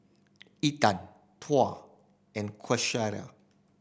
Intan Tuah and Qaisara